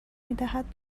میدهد